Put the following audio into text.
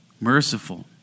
Merciful